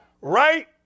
Right